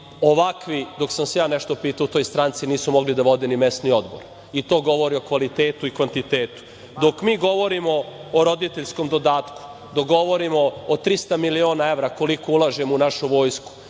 ovakvi, dok sam se ja nešto pitao u toj stranci, nisu mogli da vode ni mesni odbor. I to govori o kvalitetu i kvantitetu. Dok mi govorimo o roditeljskom dodatku, dok govorimo o 300 miliona evra, koliko ulažemo u našu vojsku,